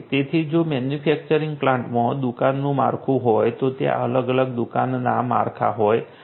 તેથી જો મેન્યુફેક્ચરિંગ પ્લાન્ટમાં દુકાનનું માળખું હોય તો ત્યાં અલગ અલગ દુકાનના માળ હોય છે